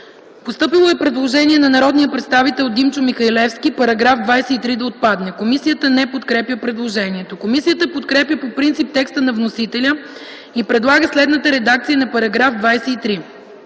Постъпило е предложение на народния представител Димчо Михалевски: „Параграф 23 да отпадне.” Комисията не подкрепя предложението. Комисията подкрепя по принцип текста на вносителя и предлага следната редакция на § 23: „Параграф 23.